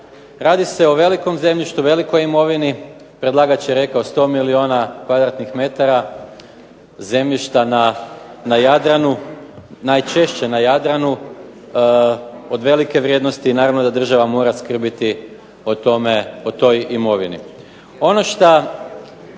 Radi se o velikom zemljištu, velikoj imovini, predlagač je rekao 100 milijuna kvadratnih metara zemljišta na Jadranu, najčešće na Jadranu, od velike vrijednosti naravno da država mora skrbiti o toj imovini.